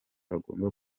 agomba